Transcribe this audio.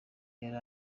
yari